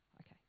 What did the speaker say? okay